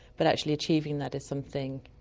but actually achieving that is something.